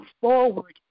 forward